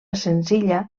senzilla